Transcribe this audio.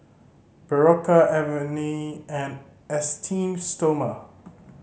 Berocca Avene and Esteem Stoma